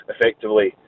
effectively